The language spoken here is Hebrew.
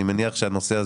אני מניח שהנושא הזה,